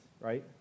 right